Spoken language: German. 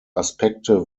aspekte